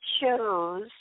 chose